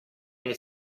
nel